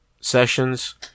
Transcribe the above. sessions